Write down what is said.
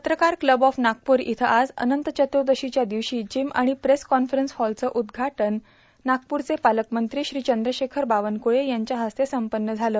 पत्रकार club of Nagpur इथं आज अनंत चतूदशीच्या दिवशी जिम आर्ाण प्रेस कॉन्फरन्स हॉलचं उद्घाटन नागपूरचे पालक मंत्री श्री चंद्रशेखर बावनक्ळे यांच्या हस्ते संपन्न झालं